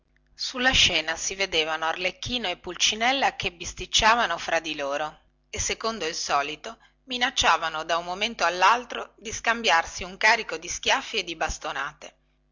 sulla scena si vedevano arlecchino e pulcinella che bisticciavano fra di loro e secondo il solito minacciavano da un momento allaltro di scambiarsi un carico di schiaffi e di bastonate